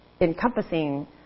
encompassing